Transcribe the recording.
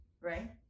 right